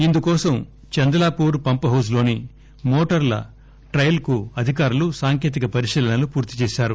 ఇందుకోసం చంద్లాపూర్ పంపుహౌజ్లోని మోటర్ల ట్రయల్స్క్రు అధికారులు సాంకేతిక పరిశీలనలు పూర్తి చేశారు